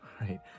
right